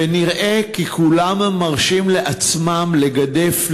ונראה כי כולם מרשים לעצמם לגדף,